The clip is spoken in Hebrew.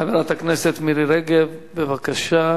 חברת הכנסת מירי רגב, בבקשה.